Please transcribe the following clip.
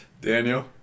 Daniel